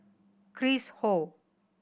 Chris Ho